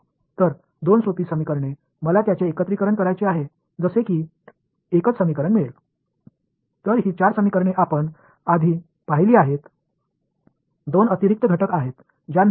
எனவே இரண்டு எளிய சமன்பாடுகள் அவற்றை எப்படியாவது இணைத்து எனக்கு ஒரு சமன்பாட்டைக் கொடுக்க விரும்புகிறேன்